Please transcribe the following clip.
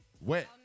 Wet